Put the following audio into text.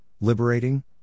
liberating